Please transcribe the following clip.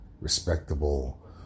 respectable